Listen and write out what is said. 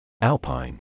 Alpine